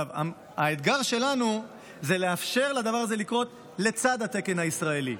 האתגר שלנו הוא לאפשר לדבר הזה לקרות לצד התקן הישראלי.